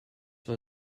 war